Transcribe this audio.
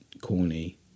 corny